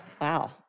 wow